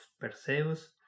Perseus